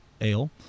ale